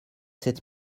sept